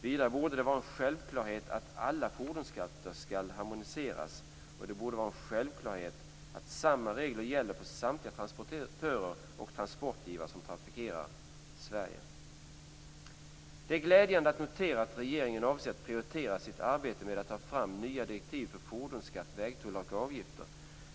Vidare borde det vara en självklarhet att alla fordonsskatter skall harmoniseras och att samma regler gäller för samtliga transportörer och transportgivare som trafikerar Sverige. Det är glädjande att notera att regeringen avser att prioritera sitt arbete med att ta fram nya direktiv för fordonsskatt, vägtullar och avgifter.